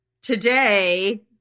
today